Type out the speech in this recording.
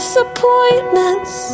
disappointments